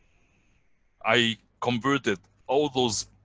i converted all those